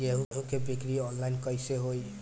गेहूं के बिक्री आनलाइन कइसे होई?